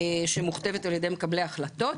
שמוכתבת על ידי מקבלי ההחלטות.